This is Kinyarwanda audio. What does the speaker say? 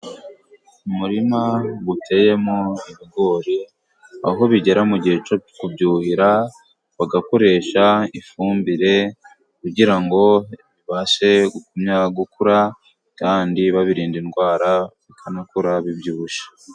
Umurima uteyemo ibigori, aho bigera mu gihe cyo kubyuhira bagakoresha ifumbire, kugira ngo bibashe gukura kandi babirinda indwara, bikanakura bibyibushye.